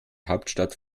hauptstadt